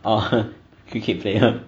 orh cricket player